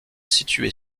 située